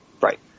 Right